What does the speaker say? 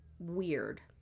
weird